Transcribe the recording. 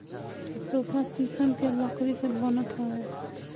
sofa शीशम के लकड़ी से बनत हवे